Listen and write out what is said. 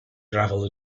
gravel